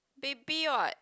baby [what]